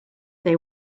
they